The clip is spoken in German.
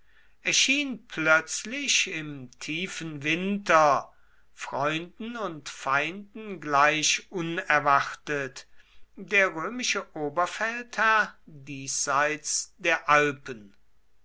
erschien plötzlich im tiefen winter freunden und feinden gleich unerwartet der römische oberfeldherr diesseits der alpen